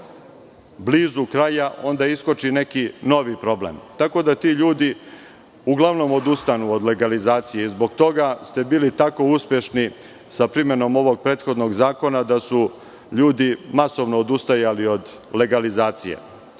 blizu kraja onda iskoči neki novi problem, tako da ti ljudi uglavnom odustanu od legalizacije. Zbog toga ste bili tako uspešni sa primenom ovog prethodnog zakona, da su ljudi masovno odustajali od legalizacije.